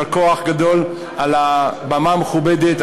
יישר כוח גדול על הבמה המכובדת,